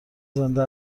زنده